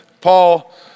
Paul